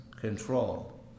control